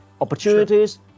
opportunities